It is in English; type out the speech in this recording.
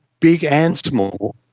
big and small,